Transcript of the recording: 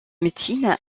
médecine